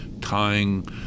tying